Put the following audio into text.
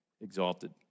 exalted